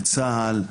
לצה"ל,